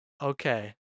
Okay